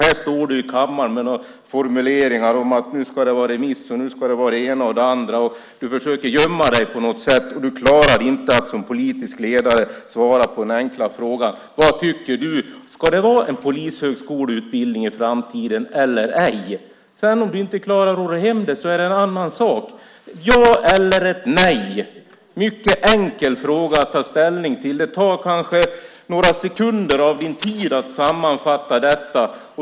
Nu står du i kammaren med formuleringar om att det ska vara remiss och det ena och det andra. Du försöker gömma dig på något sätt. Du klarar inte, som politisk ledare, att svara på den enkla frågan: Vad tycker du? Ska det vara en polishögskoleutbildning i framtiden eller inte? Om du inte klarar av att ro hem det är en annan sak. Ja eller nej? Det är en mycket enkel fråga att ta ställning till. Det tar bara några sekunder av din tid att sammanfatta detta.